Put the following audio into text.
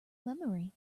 memory